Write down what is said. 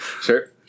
Sure